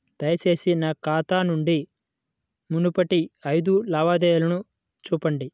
దయచేసి నా ఖాతా నుండి మునుపటి ఐదు లావాదేవీలను చూపండి